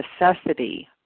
necessity